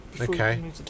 okay